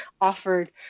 offered